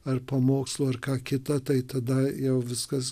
ar pamokslo ar ką kitą tai tada jau viskas